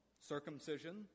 circumcision